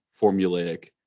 formulaic